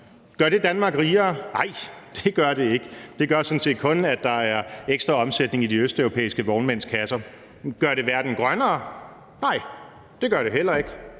Gør det Danmark rigere? Nej, det gør det ikke. Det gør sådan set kun, at der er ekstra omsætning i de østeuropæiske vognmænds kasser. Gør det verden grønnere? Nej, det gør det heller ikke.